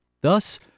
Thus